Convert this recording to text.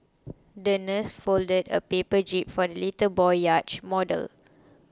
the nurse folded a paper jib for the little boy yacht model